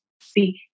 speak